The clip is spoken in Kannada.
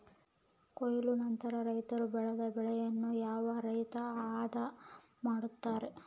ಕೊಯ್ಲು ನಂತರ ರೈತರು ಬೆಳೆದ ಬೆಳೆಯನ್ನು ಯಾವ ರೇತಿ ಆದ ಮಾಡ್ತಾರೆ?